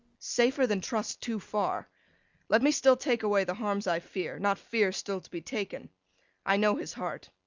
safer than trust too far let me still take away the harms i fear, not fear still to be taken i know his heart.